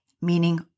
meaning